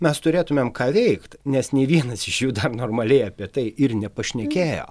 mes turėtumėm ką veikti nes nei vienas iš jų dar normaliai apie tai ir nepašnekėjo